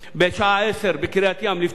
ב-12:00 בתל-אביב לפתוח תיק,